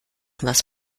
was